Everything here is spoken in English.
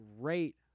great